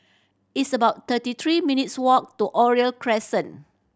it's about thirty three minutes' walk to Oriole Crescent